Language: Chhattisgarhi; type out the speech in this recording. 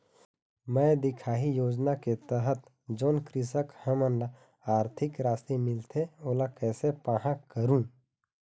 मैं दिखाही योजना के तहत जोन कृषक हमन ला आरथिक राशि मिलथे ओला कैसे पाहां करूं?